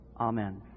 Amen